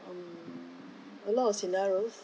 um a lot of scenarios